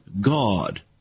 God